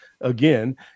again